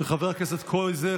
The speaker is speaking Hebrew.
של חבר הכנסת קרויזר,